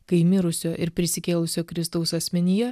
kai mirusio ir prisikėlusio kristaus asmenyje